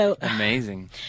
Amazing